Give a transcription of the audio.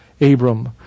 Abram